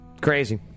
Crazy